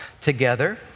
together